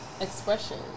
Expression